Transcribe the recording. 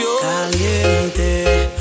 Caliente